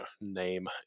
name